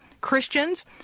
Christians